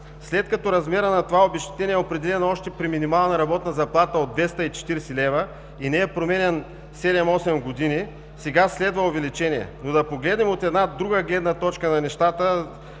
След като размерът на това обезщетение е определен още при минимална работна заплата от 240 лв. и не е променян седем-осем години, сега следва увеличение. Но да погледнем от една друга гледна точка на нещата.